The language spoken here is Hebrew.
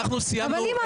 אנחנו סיימנו.